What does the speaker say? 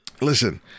listen